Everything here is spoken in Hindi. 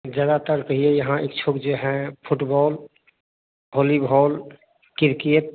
ज्यादा तर पहले यहाँ इच्छुक जो है फुटबल भोेलीभोेल किरकेट